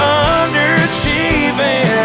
underachieving